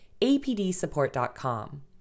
apdsupport.com